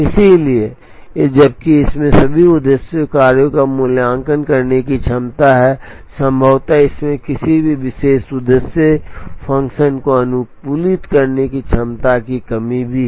इसलिए जबकि इसमें सभी उद्देश्य कार्यों का मूल्यांकन करने की क्षमता है संभवतः इसमें किसी विशेष उद्देश्य फ़ंक्शन को अनुकूलित करने की क्षमता की कमी भी है